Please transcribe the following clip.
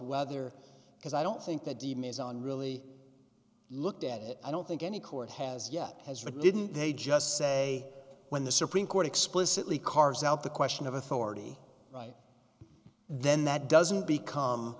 whether because i don't think that d m is on really looked at it i don't think any court has yet has read didn't they just say when the supreme court explicitly cars out the question of authority right then that doesn't become